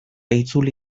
itzuli